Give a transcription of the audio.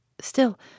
Still